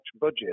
budget